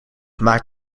maak